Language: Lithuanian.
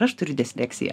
aš turiu disleksiją